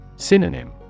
Synonym